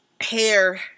hair